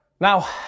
Now